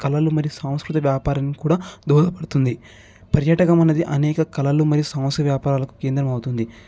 కలలు మరి సాంస్కృతి వ్యాపారం కూడా దోహా పడుతుంది పర్యాటకం అన్నది అనేక కళలు మరియు సమస్య వ్యాపారాలకు కేంద్రం అవుతుంది